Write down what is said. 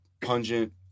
pungent